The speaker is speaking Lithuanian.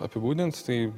apibūdint tai